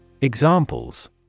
Examples